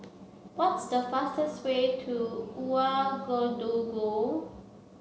what's the fastest way to Ouagadougou